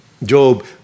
Job